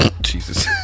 Jesus